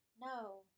no